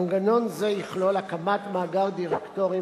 מנגנון זה יכלול הקמת מאגר דירקטורים